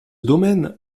domaine